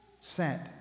sent